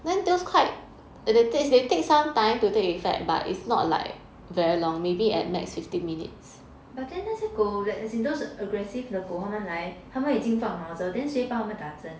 but then 那些狗 as in those aggressive 的狗他们来他们已经放 muzzle then 谁帮他们打针